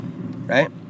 Right